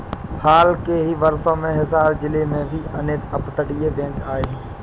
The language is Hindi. हाल ही के वर्षों में हिसार जिले में भी अनेक अपतटीय बैंक आए हैं